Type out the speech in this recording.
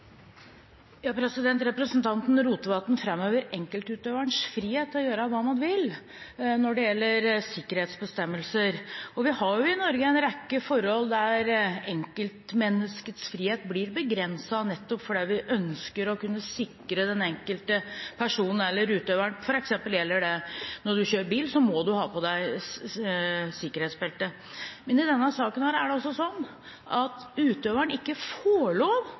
Representanten Rotevatn framhever enkeltutøverens frihet til å gjøre hva man vil når det gjelder sikkerhetsbestemmelser. I Norge har vi en rekke forhold der enkeltmenneskets frihet blir begrenset nettopp fordi vi ønsker å kunne sikre den enkelte personen eller utøveren. For eksempel gjelder det når man kjører bil, da må man ha på sikkerhetsbelte. Men i denne saken er det altså sånn at utøveren ikke får lov